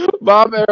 Bob